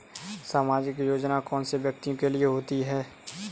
सामाजिक योजना कौन से व्यक्तियों के लिए होती है?